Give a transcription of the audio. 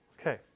Okay